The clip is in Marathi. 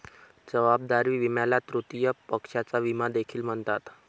जबाबदारी विम्याला तृतीय पक्षाचा विमा देखील म्हणतात